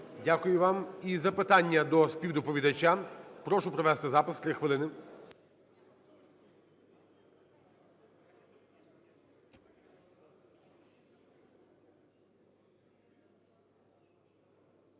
Дякую вам. І запитання до співдоповідача. Прошу провести запис, 3 хвилини.